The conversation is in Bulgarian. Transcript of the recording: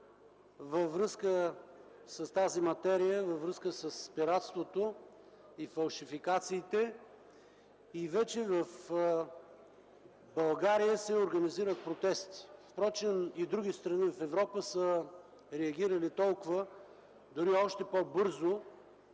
във връзка с тази материя – пиратството и фалшификациите. В България вече се организират протести. Впрочем и други страни в Европа са реагирали, дори още по-бързо